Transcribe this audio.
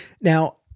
Now –